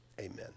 amen